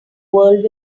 world